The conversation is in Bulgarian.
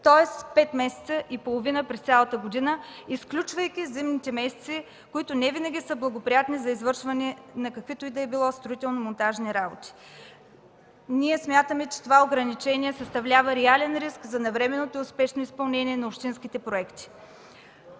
пет месеца и половина през цялата година, изключвайки зимните месеци, които не винаги са благоприятни за извършване на каквито и да било строително-монтажни работи. Смятаме, че това ограничение представлява реален риск за навременното и успешно изпълнение на общинските проекти.